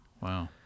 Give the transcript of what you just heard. Wow